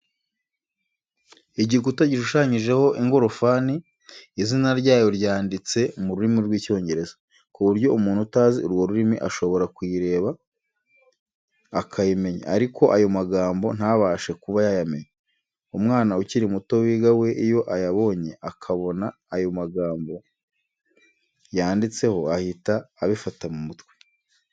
Igikuta gishushanyijeho ingorofani, izina ryayo ryanditse mu rurimi rw'Icyongereza, ku buryo umuntu utazi urwo rurimi ashobora kuyireba akayimenya, ariko ayo magambo ntabashe kuba yayamenya. Umwana ukiri muto wiga, we iyo ayabonye akabona ayo magambo yanditseho ahita abifata mu mutwe.